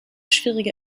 schwierige